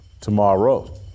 tomorrow